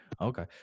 okay